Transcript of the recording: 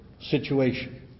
situation